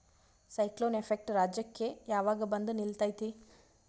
Cyclone effect ರಾಜ್ಯಕ್ಕೆ ಯಾವಾಗ ಬಂದ ನಿಲ್ಲತೈತಿ?